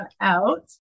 out